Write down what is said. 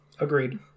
Agreed